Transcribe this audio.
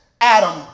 Adam